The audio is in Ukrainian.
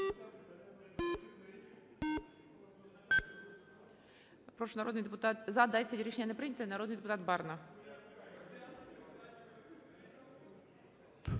Прошу народний депутат… Рішення не прийнято. Народний депутат Барна.